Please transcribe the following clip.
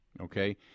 okay